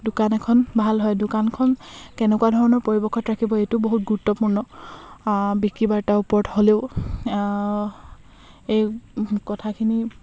দোকান এখন ভাল হয় দোকানখন কেনেকুৱা ধৰণৰ পৰিৱেশত ৰাখিব এইটো বহুত গুৰুত্বপূৰ্ণ বিক্ৰী বাৰ্তাৰ ওপৰত হ'লেও এই কথাখিনি